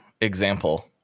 example